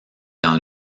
dans